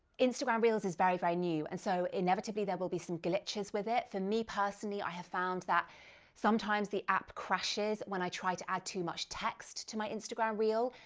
instagram reels is very, very new, and so inevitably, there will be some glitches with it. for me personally, i have found that sometimes the app crashes when i try to add too much text to my instagram reel.